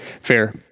fair